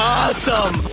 awesome